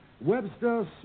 Webster